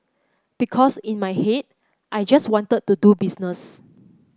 because in my head I just wanted to do business